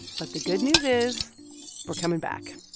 but the good news is we're coming back.